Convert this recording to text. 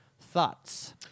Thoughts